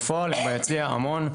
בפועל, הם ביציע המון.